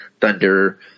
thunder